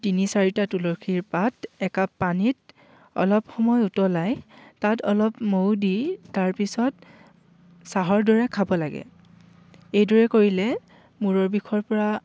তিনি চাৰিটা তুলসীৰ পাত একাপ পানীত অলপ সময় উতলাই তাত অলপ মৌ দি তাৰপিছত চাহৰ দৰে খাব লাগে এইদৰে কৰিলে মূৰৰ বিষৰ পৰা